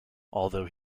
although